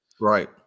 Right